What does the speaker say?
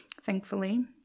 thankfully